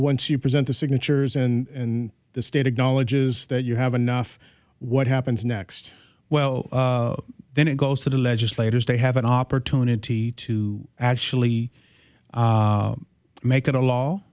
once you present the signatures and the state acknowledges that you have enough what happens next well then it goes to the legislators they have an opportunity to actually make it a law